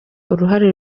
uruhare